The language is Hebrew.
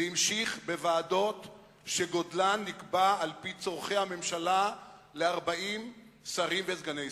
זה המשיך בוועדות שגודלן נקבע על-פי צורכי הממשלה ל-40 שרים וסגני שרים,